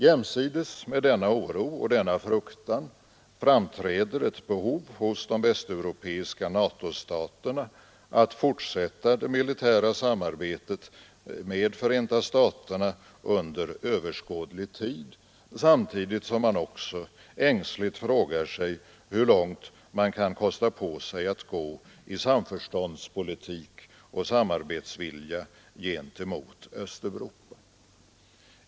Jämsides med denna oro och fruktan framträder ett behov hos de västeuropeiska Natostaterna att fortsätta det militära samarbetet med Förenta staterna under överskådlig tid, samtidigt som man också ängsligt frågar sig hur långt man kan kosta på sig att gå i samförståndspolitik och samarbetsvilja gentemot Östeuropa.